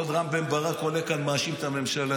ועוד רם בן ברק עולה לכאן, מאשים את הממשלה.